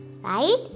Right